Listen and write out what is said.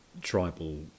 tribal